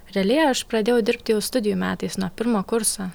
realiai aš pradėjau dirbti jau studijų metais nuo pirmo kurso